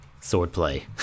swordplay